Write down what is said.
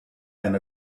and